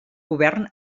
govern